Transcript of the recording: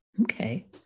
Okay